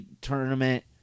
tournament